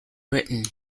britain